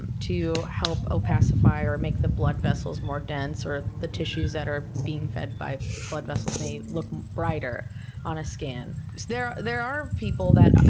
and to help opacify, or make the blood vessels more dense, or the tissues that are being fed by blood vessels may look brighter on a scan. there there are people that